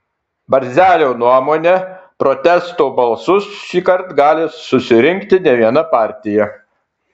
barzelio nuomone protesto balsus šįkart gali susirinkti ne viena partija